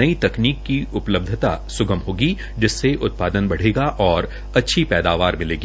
नई तकनीक की उपलब्धि सुगम होगी जिससे उत्पादन बढ़ेगा और अच्छी पैदावार मिलेगी